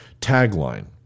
tagline